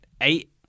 Eight